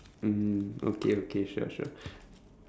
mm okay okay sure sure